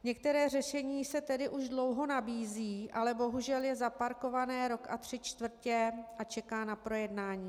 Některé řešení se tedy už dlouho nabízí, ale bohužel je zaparkované rok a tři čtvrtě a čeká na projednání.